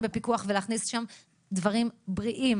בפיקוח וצריך להכניס שם דברים בריאים.